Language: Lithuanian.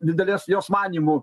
didelės jos manymu